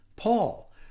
Paul